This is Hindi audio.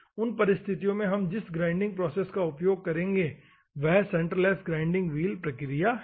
उन परिस्थितियों में हम जिस ग्राइंडिंग प्रोसेस का उपयोग करेंगे वह सेंटरलेस ग्राइंडिंग व्हील प्रक्रिया है